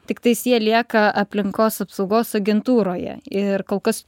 tiktais jie lieka aplinkos apsaugos agentūroje ir kol kas